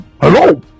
Hello